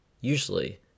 usually